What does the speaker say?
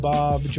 Bob